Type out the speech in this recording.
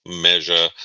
measure